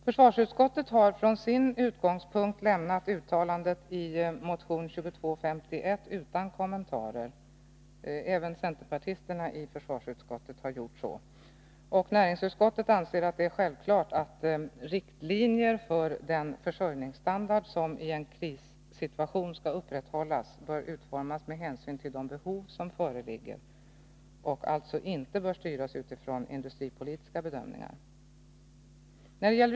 Försvarsutskottet har från sin utgångspunkt lämnat uttalandet i motion 2251 utan kommentar — även centerpartisterna i försvarsutskottet har gjort så —- och näringsutskottet anser att det är självklart att riktlinjer för den försörjningsstandard som i en krissituation skall upprätthållas bör utformas med hänsyn till de behov som föreligger och alltså inte bör styras av industripolitiska bedömningar.